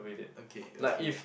okay okay